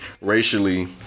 racially